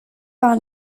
par